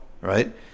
right